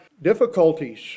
difficulties